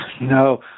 No